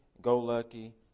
go-lucky